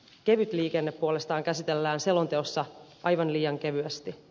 kevyt liikenne puolestaan käsitellään selonteossa aivan liian kevyesti